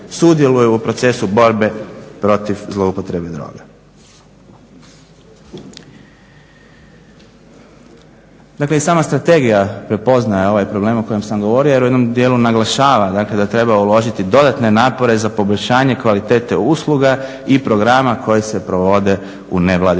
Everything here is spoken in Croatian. sudjeluju u procesu borbe protiv zloupotrebe droga. Dakle i sama strategija prepoznaje ovaj problem o kojem sam govorio jer u jednom dijelu naglašava dakle da treba uložiti dodatne napore za poboljšanje kvalitete usluga i programa koji se provode u nevladinom